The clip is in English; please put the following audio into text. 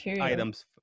items